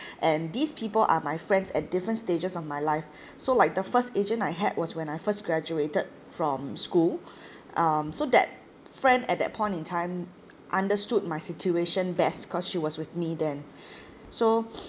and these people are my friends at different stages of my life so like the first agent I had was when I first graduated from school um so that friend at that point in time understood my situation best cause she was with me then so